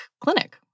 clinic